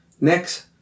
Next